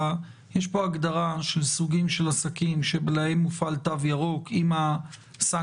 יש פה הגדרה של סוגים של עסקים שעליהם מופעל תו ירוק עם הסנקציות,